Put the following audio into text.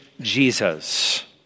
Jesus